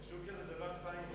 שקשוקה זה דבר טעים.